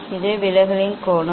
இது விலகலின் கோணம்